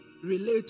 relate